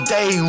Day